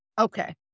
Okay